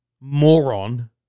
moron